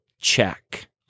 check